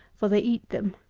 for they eat them.